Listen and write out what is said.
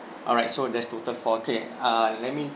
alright so there's total four K uh let me